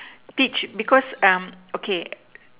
teach because okay